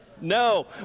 No